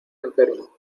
enfermo